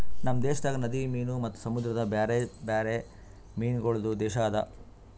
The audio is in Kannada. ನಮ್ ದೇಶದಾಗ್ ನದಿ ಮೀನು ಮತ್ತ ಸಮುದ್ರದ ಬ್ಯಾರೆ ಬ್ಯಾರೆ ಮೀನಗೊಳ್ದು ದೇಶ ಅದಾ